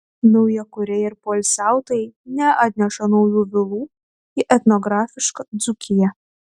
naujakuriai ir poilsiautojai neatneša naujų vilų į etnografišką dzūkiją